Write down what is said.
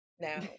Now